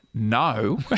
no